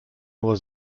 nur